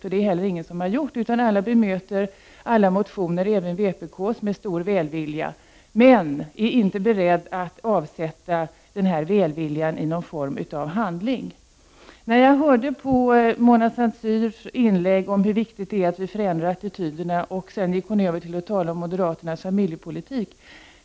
Det är inte heller någon som har gjort det, utan alla bemöter alla motioner, även vpk:s, med stor välvilja. Men ingen är beredd att avsätta denna välvilja i någon form av handling. Mona Saint Cyr talade om hur viktigt det är att attityderna förändras. Därefter övergick hon till att tala om moderaternas familjepolitik.